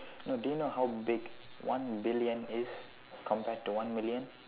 no do you know how big one billion is compared to one million